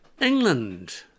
England